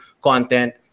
content